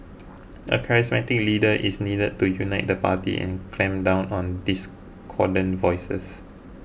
a charismatic leader is needed to unite the party and clamp down on discordant voices